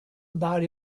about